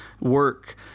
work